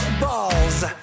balls